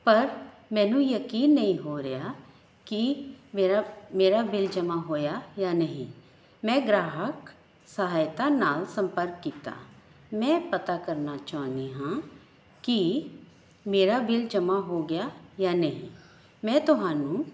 ਪਰ ਮੈਨੂੰ ਯਕੀਨ ਨਹੀਂ ਹੋ ਰਿਹਾ ਕਿ ਮੇਰਾ ਮੇਰਾ ਬਿਲ ਜਮ੍ਹਾਂ ਹੋਇਆ ਜਾਂ ਨਹੀਂ ਮੈਂ ਗ੍ਰਾਹਕ ਸਹਾਇਤਾ ਨਾਲ ਸੰਪਰਕ ਕੀਤਾ ਮੈਂ ਪਤਾ ਕਰਨਾ ਚਾਹੁੰਦੀ ਹਾਂ ਕਿ ਮੇਰਾ ਬਿੱਲ ਜਮ੍ਹਾਂ ਹੋ ਗਿਆ ਜਾਂ ਨਹੀਂ ਮੈਂ ਤੁਹਾਨੂੰ